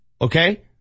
Okay